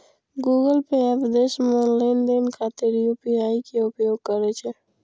Google Pay app देश मे लेनदेन खातिर यू.पी.आई के उपयोग करै छै